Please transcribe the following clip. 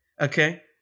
okay